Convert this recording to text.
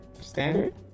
Standard